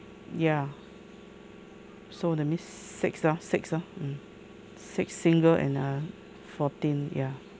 ya so that means six lor six lor mm six single and uh fourteen ya